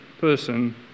person